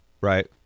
right